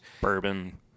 bourbon